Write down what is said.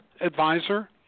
advisor